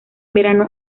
verano